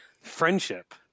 friendship